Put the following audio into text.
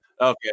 okay